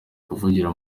kuvugira